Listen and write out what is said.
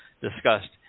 discussed